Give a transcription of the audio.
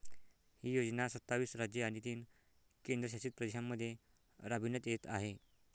ही योजना सत्तावीस राज्ये आणि तीन केंद्रशासित प्रदेशांमध्ये राबविण्यात येत आहे